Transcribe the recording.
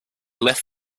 left